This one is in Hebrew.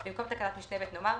במקום תקנת משנה (ב) נאמר: